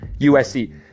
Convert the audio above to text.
USC